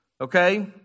Okay